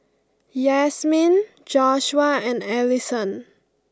Yasmeen Joshua and Allison